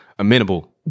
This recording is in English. amenable